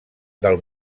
del